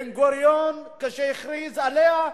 בן-גוריון, כשהכריז עליה,